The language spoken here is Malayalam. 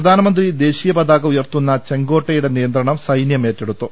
പ്രധാനമന്ത്രി ദേശീയ പതാക ഉയർത്തുന്ന ചെങ്കോട്ടയുടെ നിയന്ത്രണം സൈന്യം ഏറ്റെടുത്തു